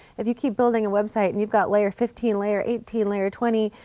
if you keep building a website and you've got layer fifteen, layer eighteen, layer twenty,